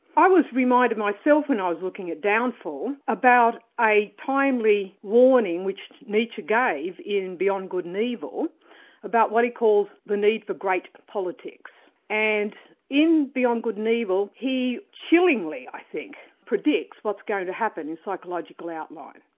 i was reminded myself when i was looking at downfall about a timely warning which nietzsche gave in beyond good and evil about what he calls the need for great politics. and in beyond good and evil, he chillingly, i think predicts what's going to happen in psychological outline.